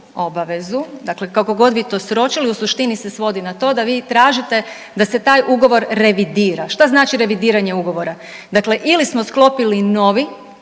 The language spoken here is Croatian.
obavezu dakle kako god vi to sročili, u suštini se svo9di na to da vi tražite da se taj ugovor revidira. Šta znači revidiranje ugovora? Dakle, ili smo sklopili novi